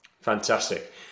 Fantastic